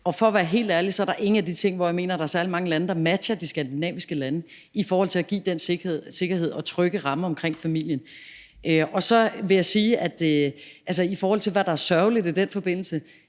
Og for at være helt ærlig mener jeg ikke, at der er særlig mange lande, der matcher de skandinaviske lande i forhold til at give den sikkerhed og de trygge rammer omkring familien. I forhold til hvad der er sørgeligt i den forbindelse,